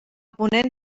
ponent